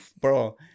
bro